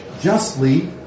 justly